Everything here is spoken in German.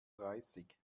dreißig